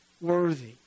worthy